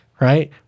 right